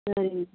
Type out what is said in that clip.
சரிங்க